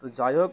তো যাই হোক